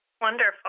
Wonderful